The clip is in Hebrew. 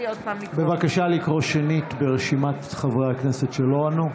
בבקשה לקרוא שנית ברשימת חברי הכנסת שלא ענו.